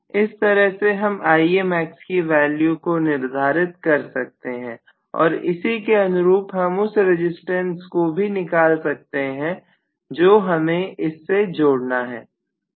इस तरह से हम Ia max की वैल्यू को निर्धारित कर सकते हैं और इसी के अनुरूप हम उस रजिस्टेंस को भी निकाल सकते हैं जो हमें इस में जोड़ना है